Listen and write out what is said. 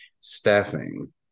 staffing